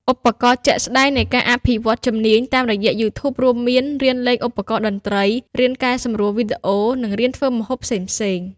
ឧទាហរណ៍ជាក់ស្ដែងនៃការអភិវឌ្ឍជំនាញតាមរយៈ YouTube រួមមានរៀនលេងឧបករណ៍តន្ត្រី រៀនកែសម្រួលវីដេអូ និងរៀនធ្វើម្ហូបផ្សេងៗ។